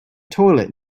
toilet